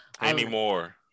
Anymore